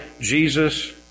Jesus